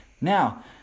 Now